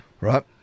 Right